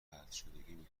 طردشدگی